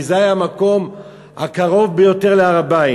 כי זה היה המקום הקרוב ביותר להר-הבית.